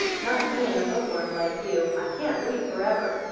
not being a book-worm like you, i can't read forever,